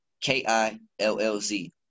K-I-L-L-Z